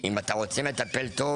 אם אתה רוצה מטפל טוב,